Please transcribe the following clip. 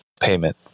payment